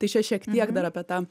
tai čia šiek tiek dar apie tą